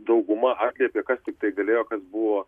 dauguma atliepė kas tiktai galėjo kas buvo